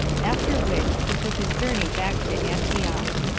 after which, he took his journey back to antioch.